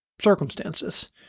circumstances